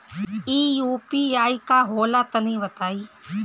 इ यू.पी.आई का होला तनि बताईं?